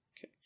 Okay